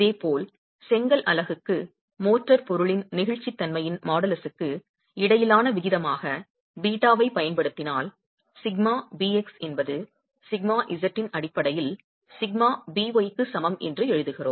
இதேபோல் செங்கல் அலகுக்கு மோர்டார் பொருளின் நெகிழ்ச்சித்தன்மையின் மாடுலஸுக்கு இடையிலான விகிதமாக β ஐப் பயன்படுத்தினால் σbx என்பது σz இன் அடிப்படையில் σby க்கு சமம் என்று எழுதுகிறோம்